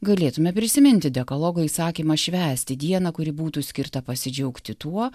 galėtume prisiminti dekalogo įsakymą švęsti dieną kuri būtų skirta pasidžiaugti tuo